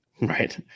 Right